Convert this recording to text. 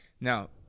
Now